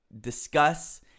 discuss